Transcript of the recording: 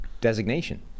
designation